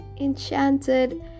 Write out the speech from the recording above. Enchanted